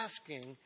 asking